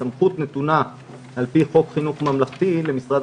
הסמכות נתונה על פי חוק חינוך ממלכתי למשרד